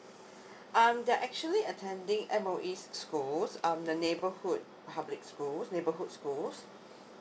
um they are actually attending M_O_E's school um the neighbourhood public school neighbourhood schools